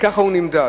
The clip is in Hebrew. וכך הוא נמדד.